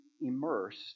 immersed